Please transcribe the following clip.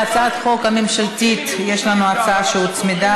להצעת החוק הממשלתית יש לנו הצעה שהוצמדה